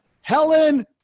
Helen